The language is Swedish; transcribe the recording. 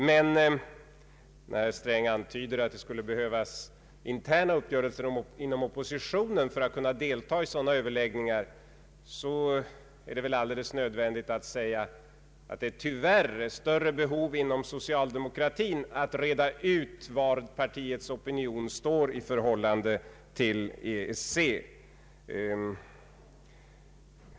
Men när herr Sträng antyder att det skulle behövas interna uppgörelser inom oppositionen för att oppositionen skall kunna delta i sådana överläggningar, är det väl alldeles nödvändigt att säga att det tyvärr är större behov inom socialdemokratin att reda ut var partiets opinion står i fråga om EEC.